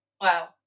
Wow